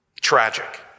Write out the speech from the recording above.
Tragic